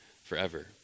forever